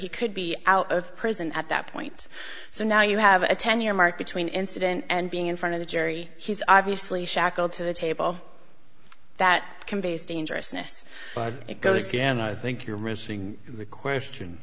he could be out of prison at that point so now you have a ten year mark between incident and being in front of the jury he's obviously shackled to the table that conveys dangerousness but it goes again i think you're missing the question